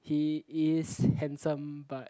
he is handsome but